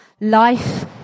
life